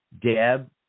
Deb